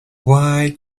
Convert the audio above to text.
why